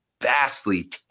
vastly